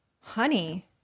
honey